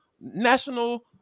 National